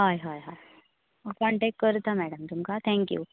हय हय हय कॉन्टॅक्ट करता मॅडम तुमकां थँक्यू